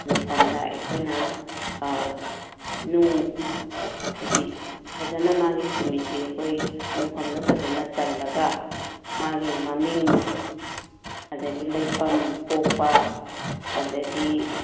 ꯃꯣꯡꯐꯝꯗ ꯑꯩꯈꯣꯏꯅ ꯅꯨꯡ ꯍꯥꯏꯗꯤ ꯐꯖꯅ ꯃꯥꯒꯤ ꯁꯦꯃꯦꯇ꯭ꯔꯤ ꯑꯩꯈꯣꯏ ꯃꯣꯡꯐꯝꯗ ꯐꯖꯅ ꯆꯜꯂꯒ ꯃꯥꯒꯤ ꯃꯃꯤꯡ ꯑꯗꯒꯤ ꯂꯩꯐꯝ ꯄꯣꯛꯄ ꯑꯗꯨꯗꯒꯤ